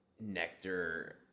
nectar